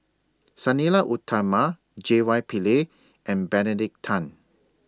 Sang Nila Utama J Y Pillay and Benedict Tan